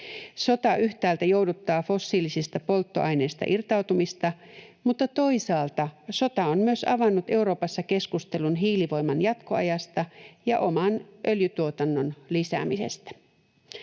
Sota yhtäältä jouduttaa fossiilisista polttoaineista irtautumista, mutta toisaalta sota on myös avannut Euroopassa keskustelun hiilivoiman jatkoajasta ja oman öljyntuotannon lisäämisestä.